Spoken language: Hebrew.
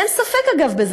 אין ספק בזה, אגב.